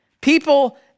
People